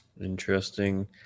Interesting